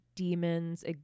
demons